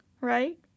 right